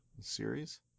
series